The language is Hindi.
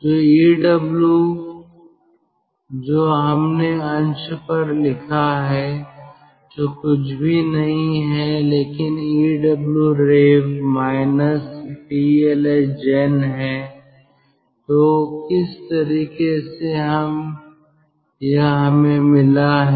तो EW जो हमने अंश पर लिखा है जो कुछ भी नहीं है लेकिन rev माइनस TLSgen है तो किस तरीके से यह हमें मिला है